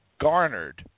garnered